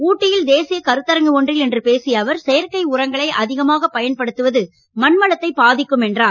ஊட்டியில் தேசிய கருத்தரங்கு ஒன்றில் இன்று பேசிய அவர் செயற்கை உரங்களை அதிகமாக பயன்படுத்துவது மண்வளத்தை பாதிக்கும் என்றார்